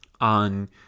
on